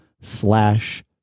slash